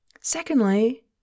secondly